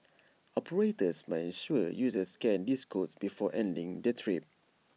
operators must ensure users scan these codes before ending their trip